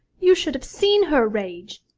you should have seen her rage!